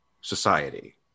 society